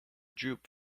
droop